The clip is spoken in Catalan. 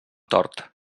tort